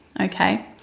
okay